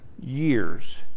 years